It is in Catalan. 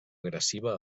agressiva